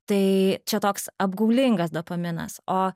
tai čia toks apgaulingas dopaminas o